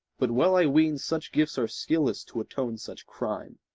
but well i ween such gifts are skilless to atone such crime.